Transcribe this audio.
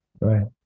right